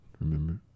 Remember